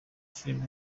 filime